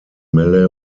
melle